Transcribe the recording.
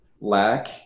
lack